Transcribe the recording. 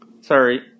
Sorry